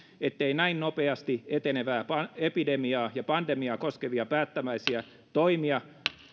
ettei näin nopeasti etenevää epidemiaa ja pandemiaa koskevia päättäväisiä toimia